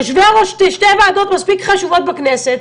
יושבי-ראש שתי ועדות מספיק חשובות בכנסת,